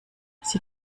sie